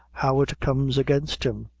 how it comes against him.